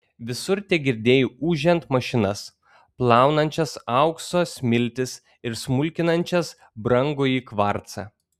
visur tegirdėjai ūžiant mašinas plaunančias aukso smiltis ir smulkinančias brangųjį kvarcą